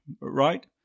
Right